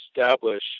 establish